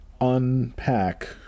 unpack